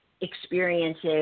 experiences